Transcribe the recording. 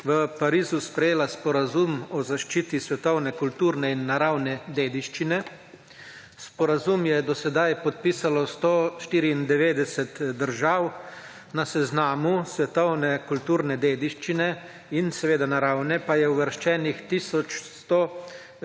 v Parizu sprejela Sporazum o zaščiti svetovne kulturne in naravne dediščine. Sporazum je do sedaj podpisalo 194 držav, na seznamu svetovne kulturne dediščine in naravne pa je uvrščenih